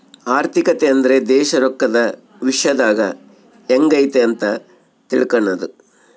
ಆರ್ಥಿಕತೆ ಅಂದ್ರೆ ದೇಶ ರೊಕ್ಕದ ವಿಶ್ಯದಾಗ ಎಂಗೈತೆ ಅಂತ ತಿಳ್ಕನದು